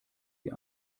die